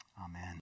Amen